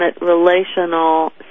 relational